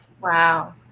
Wow